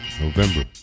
November